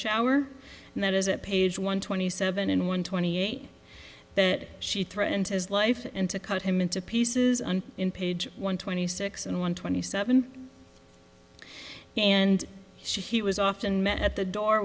shower and that is at page one twenty seven and one twenty eight that she threatened his life and to cut him into pieces and in page one twenty six and one twenty seven and she he was often met at the door